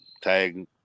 tag